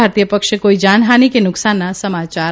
ભારતીય પક્ષે કોઇ જાનહાનિ કે નુકસાનના સમયાર નથી